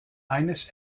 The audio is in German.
eines